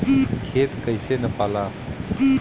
खेत कैसे नपाला?